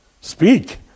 speak